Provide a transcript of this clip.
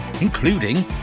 including